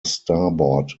starboard